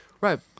Right